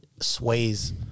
sways